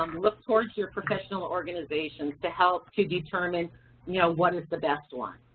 um look towards your professional organizations to help to determine yeah what is the best one.